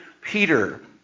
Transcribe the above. Peter